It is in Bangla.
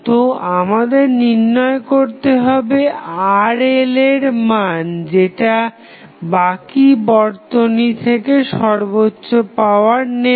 তো আমাদের নির্ণয় করতে হবে RL এর মান যেটা বাকি বর্তনী থেকে সর্বোচ্চ পাওয়ার নেবে